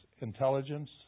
intelligence